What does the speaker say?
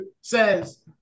says